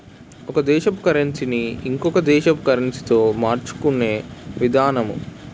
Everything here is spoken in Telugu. ఒక దేశపు కరన్సీ ని ఇంకొక దేశపు కరెన్సీతో మార్చుకునే విధానము